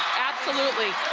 absolutely.